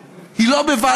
היא גם של הצד הזה.